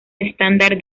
estándar